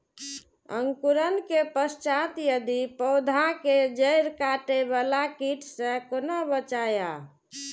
अंकुरण के पश्चात यदि पोधा के जैड़ काटे बाला कीट से कोना बचाया?